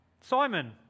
Simon